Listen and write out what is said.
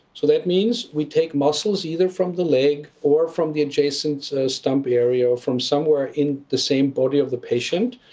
so that means we take muscles either from the leg or from the adjacent so stump area or from somewhere in the same body of the patient,